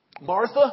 Martha